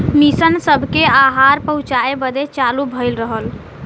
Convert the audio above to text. mission सबके आहार पहुचाए बदे चालू भइल रहल